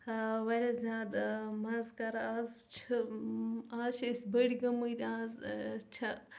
واریاہ زیادٕ مزٕ کران از چھِ آز چھِ أسۍ بٔڑ گٔمٕتۍ آز چھےٚ